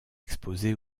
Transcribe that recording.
exposé